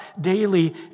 daily